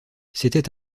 c’était